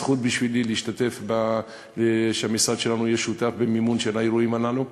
זכות בשבילי שהמשרד שלנו יהיה שותף במימון של האירועים הללו.